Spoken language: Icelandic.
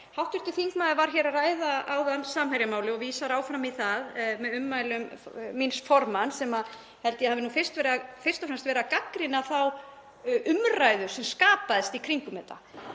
Hv. þingmaður var að ræða áðan Samherjamálið og vísar áfram í það með ummælum míns formanns sem ég held að hafi fyrst og fremst verið að gagnrýna þá umræðu sem skapaðist í kringum þetta.